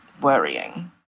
worrying